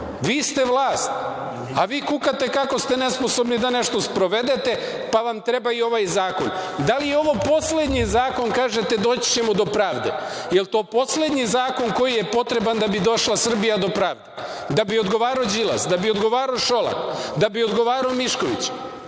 Vi ste vlast, a vi kukate kako ste nesposobni da nešto sprovedete, pa vam treba i ovaj zakon. Da li je ovo poslednji zakon? Kažete doći ćemo do pravde. Jel to poslednji zakon koji je potreban da bi došla Srbija do pravde? Da bi odgovarao Đilas, da bi odgovarao Šolak, da bi odgovarao Mišković.